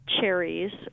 cherries